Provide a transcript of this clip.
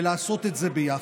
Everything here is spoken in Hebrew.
ולעשות את זה ביחד,